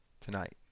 tonight